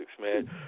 man